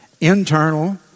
internal